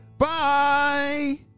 Bye